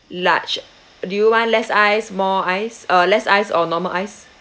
large do you want less ice more ice uh less ice or normal ice